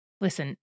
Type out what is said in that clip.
Listen